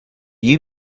you